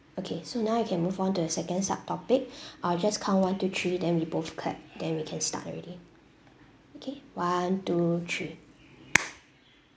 okay so now we can move on to the second sub topic I'll just count one two three then we both clap then we can start already okay one two three